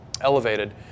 elevated